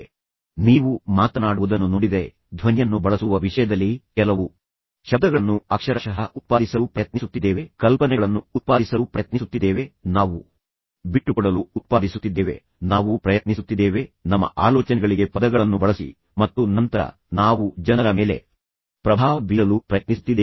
ಆದ್ದರಿಂದ ನೀವು ಮಾತನಾಡುವುದನ್ನು ನೋಡಿದರೆ ನಮ್ಮ ಧ್ವನಿಯನ್ನು ಬಳಸುವ ವಿಷಯದಲ್ಲಿ ನಾವು ಕೆಲವು ಶಬ್ದಗಳನ್ನು ಅಕ್ಷರಶಃ ಉತ್ಪಾದಿಸಲು ಪ್ರಯತ್ನಿಸುತ್ತಿದ್ದೇವೆ ಆದರೆ ನಾವು ಉತ್ಪಾದಿಸಲು ಪ್ರಯತ್ನಿಸುತ್ತಿದ್ದೇವೆ ನಾವು ಕಲ್ಪನೆಗಳನ್ನು ಉತ್ಪಾದಿಸಲು ಪ್ರಯತ್ನಿಸುತ್ತಿದ್ದೇವೆ ನಾವು ಬಿಟ್ಟುಕೊಡಲು ಉತ್ಪಾದಿಸುತ್ತಿದ್ದೇವೆ ನಾವು ಪ್ರಯತ್ನಿಸುತ್ತಿದ್ದೇವೆ ನಮ್ಮ ಆಲೋಚನೆಗಳಿಗೆ ಪದಗಳನ್ನು ಬಳಸಿ ಮತ್ತು ನಂತರ ನಾವು ಜನರ ಮೇಲೆ ಪ್ರಭಾವ ಬೀರಲು ಪ್ರಯತ್ನಿಸುತ್ತಿದ್ದೇವೆ